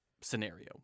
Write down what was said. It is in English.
scenario